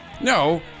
no